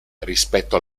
rispetto